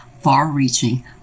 far-reaching